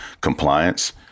compliance